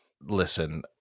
Listen